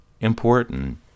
important